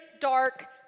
dark